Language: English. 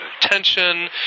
tension